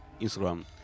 instagram